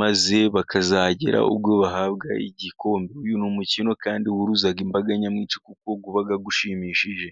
,maze bakazagira ubwo bahabwa igikombe, uyu ni umukino kandi uhuruza imbaga nyamwinshi kuko uba ushimishije.